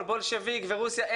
בולשביק ורוסיה,